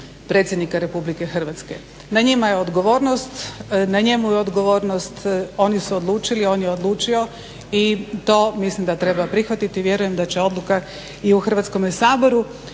predsjednika RH. Na njima je odgovornosti, na njemu je odgovornost, oni su odlučili, on je odlučio i to mislim da treba prihvatiti. Vjerujem da će odluka i u Hrvatskom saboru